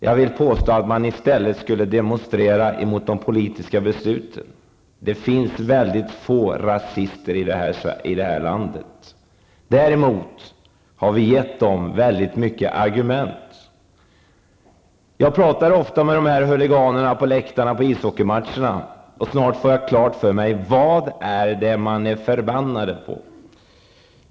Jag vill påstå att man i stället skulle demonstrera mot de politiska besluten. Det finns väldigt få rasister i det här landet. Däremot har vi gett dem väldigt många argument. Jag talar ofta med huliganerna på läktarna under ishockeymatcherna för att få klart för mig: Vad är de förbannade på?